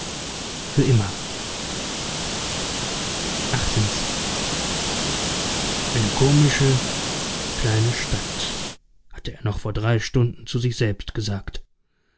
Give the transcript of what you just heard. für immer xiii eine komische kleine stadt hatte er noch vor drei stunden zu sich selbst gesagt